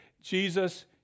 Jesus